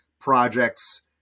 projects